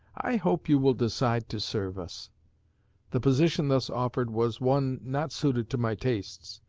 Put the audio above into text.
i hope you will decide to serve us the position thus offered was one not suited to my tastes,